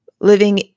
living